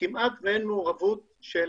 כמעט אין מעורבות של